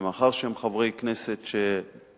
ומאחר שהם חברי כנסת שבקיאים,